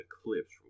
Eclipse